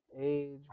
Age